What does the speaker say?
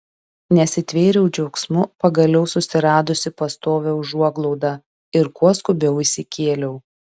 nesitvėriau džiaugsmu pagaliau susiradusi pastovią užuoglaudą ir kuo skubiau įsikėliau